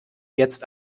jetzt